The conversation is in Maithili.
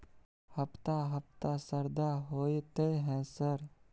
हफ्ता हफ्ता शरदा होतय है सर?